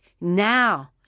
now